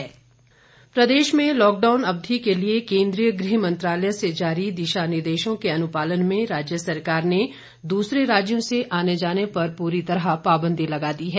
निर्देश प्रदेश में लॉकडाउन अवधि के लिए केन्द्रीय गृह मंत्रालय से जारी दिशा निर्देशों के अनुपालन में राज्य सरकार ने दूसरे राज्यों से आने जाने पर पूरी तरह पाबंदी लगा दी है